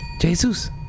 Jesus